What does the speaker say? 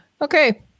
Okay